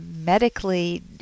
medically